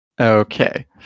Okay